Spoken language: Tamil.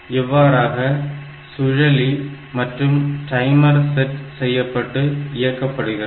இவ்வாறாக சூழலி மற்றும் டைமர் செட் செய்யப்பட்டு இயக்கப்படுகிறது